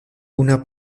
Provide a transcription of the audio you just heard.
una